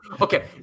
Okay